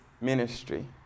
ministry